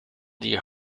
deer